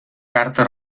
carta